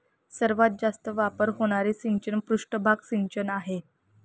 सर्वात जास्त वापर होणारे सिंचन पृष्ठभाग सिंचन आहे